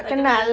tak kenal